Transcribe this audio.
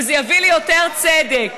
וזה יביא ליותר צדק?